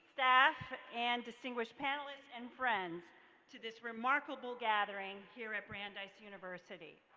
staff, and distinguished panelists and friends to this remarkable gathering here at brandeis university.